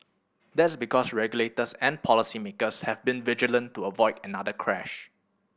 that's because regulators and policy makers have been vigilant to avoid another crash